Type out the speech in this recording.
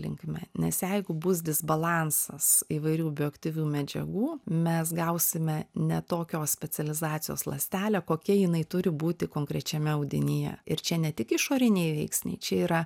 linkme nes jeigu bus disbalansas įvairių bioaktyvių medžiagų mes gausime ne tokios specializacijos ląstelę kokia jinai turi būti konkrečiame audinyje ir čia ne tik išoriniai veiksniai čia yra